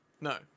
No